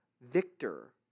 victor